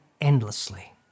endlessly